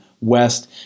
West